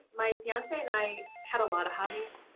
my fiance and i had a lot of hobbies.